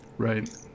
Right